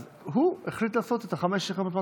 אז הוא החליט לעשות את חמש יחידות מתמטיקה,